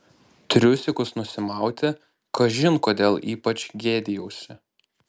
triusikus nusimauti kažin kodėl ypač gėdijausi